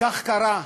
וכך קרה: